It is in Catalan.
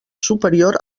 superior